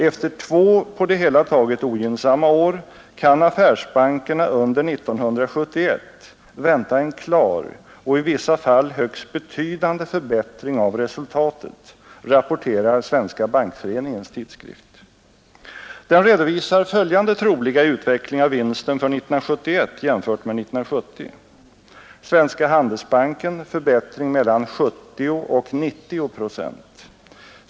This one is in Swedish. ”Efter två på det hela taget ogynnsamma år kan affärsbankerna under 1971 vänta en klar och i vissa fall högst betydande förbättring av resultatet”, rapporterar Svenska bankföreningens tidskrift. Den redovisar följande troliga utveckling av vinsten för 1971 jämfört med 1970: Svenska handelsbanken: förbättring 70—90 procent.